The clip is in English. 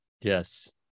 Yes